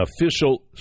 official